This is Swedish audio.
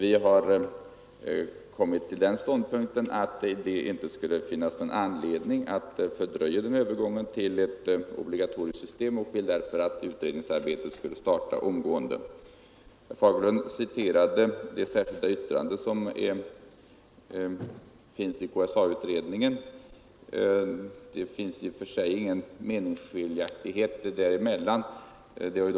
Vi har kommit till den ståndpunkten att det inte skulle finnas någon anledning att fördröja övergången till ett obligatoriskt system och vill därför att utredningsarbetet skall starta omgående. Herr Fagerlund citerade det särskilda yttrandet som finns i KSA-utredningens betänkande. Det är inga meningsskiljaktigheter därvidlag mellan yttrandet och centerpartiets representanter i InU.